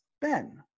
Ben